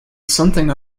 something